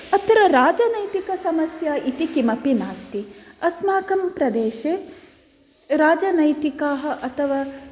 अत्र राजनैतिकसमस्या इति किमपि नास्ति अस्माकं प्रदेशे राजनैतिकाः अथवा